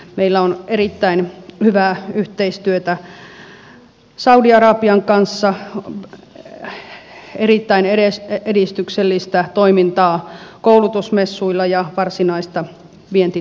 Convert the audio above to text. meillä on erittäin hyvää yhteistyötä saudi arabian kanssa erittäin edistyksellistä toimintaa koulutusmessuilla ja varsinaista vientitoimintaakin